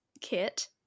Kit